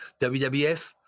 wwf